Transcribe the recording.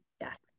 yes